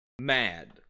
mad